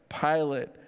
Pilate